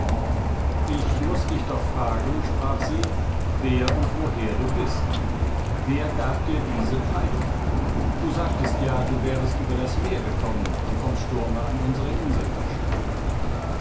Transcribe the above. ich muß dich doch fragen sprach sie wer und woher du bist wer gab dir diese kleidung du sagtest ja du wärest über das meer gekommen und vom sturme an unsere insel verschlagen